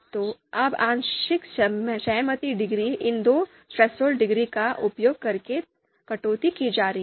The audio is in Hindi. तो अब आंशिक सहमति डिग्री इन दो थ्रेसहोल्ड का उपयोग करके कटौती की जा रही है